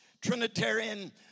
Trinitarian